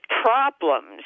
problems